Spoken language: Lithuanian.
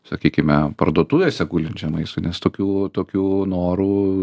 sakykime parduotuvėse gulinčiam maistui nes tokių tokių norų